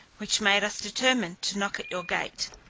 which made us determine to knock at your gate.